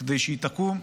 כדי שהיא תקום,